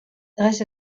დღეს